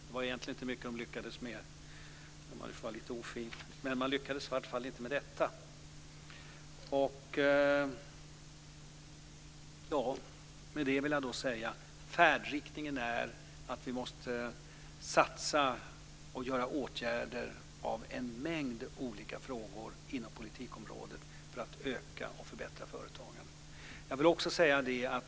Det var egentligen inte mycket den lyckades med, om man nu får vara lite ofin. Vi måste satsa och vidta åtgärder av en mängd olika slag inom politikområdet för att utöka och förbättra företagandet.